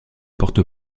porte